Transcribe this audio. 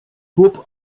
group